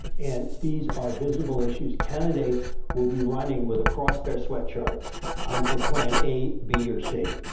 and these are visible issues. candidates will be running with across their sweatshirts um for plan a, b, or c.